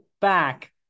back